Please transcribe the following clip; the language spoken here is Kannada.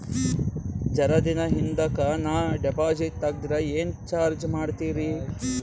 ಜರ ದಿನ ಹಿಂದಕ ನಾ ಡಿಪಾಜಿಟ್ ತಗದ್ರ ಏನ ಚಾರ್ಜ ಮಾಡ್ತೀರಿ?